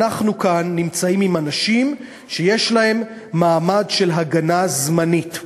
אנחנו נמצאים כאן עם אנשים שיש להם מעמד של הגנה זמנית.